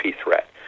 threat